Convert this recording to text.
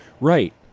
Right